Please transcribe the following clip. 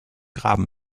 graben